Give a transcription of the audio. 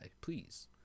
please